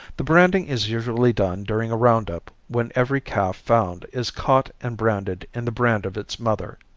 the branding is usually done during a round-up when every calf found is caught and branded in the brand of its mother.